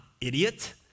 idiot